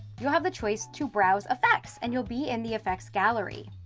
you'll have the choice to browse effects and you'll be in the effects gallery.